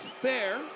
Fair